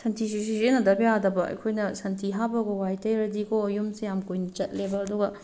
ꯁꯟꯊꯤꯁꯤꯁꯨ ꯁꯤꯖꯤꯟꯅꯗꯕ ꯌꯥꯗꯕ ꯑꯩꯈꯣꯏꯅ ꯁꯟꯊꯤ ꯍꯥꯞꯄꯒ ꯋꯥꯏ ꯇꯩꯔꯗꯤꯀꯣ ꯌꯨꯝꯁꯦ ꯌꯥꯝ ꯀꯨꯏꯅ ꯆꯠꯂꯦꯕ ꯑꯗꯨꯒ